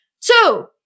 Two